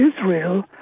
Israel